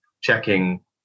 checking